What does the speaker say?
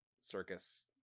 circus